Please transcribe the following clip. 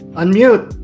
unmute